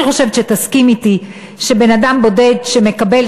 אני חושבת שתסכים אתי שבן-אדם בודד שמקבל